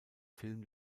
film